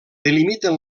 delimiten